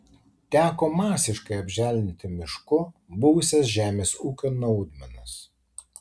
teko masiškai apželdinti mišku buvusias žemės ūkio naudmenas